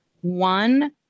One